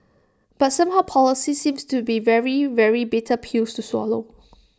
but somehow policies seems to be very very bitter pills to swallow